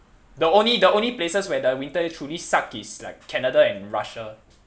the only the only places where their winter truly suck is like canada and russia